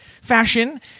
fashion